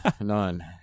None